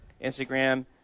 Instagram